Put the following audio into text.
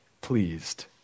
pleased